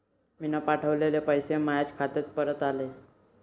मीन पावठवलेले पैसे मायाच खात्यात परत आले